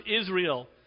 Israel